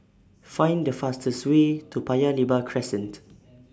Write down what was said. Find The fastest Way to Paya Lebar Crescent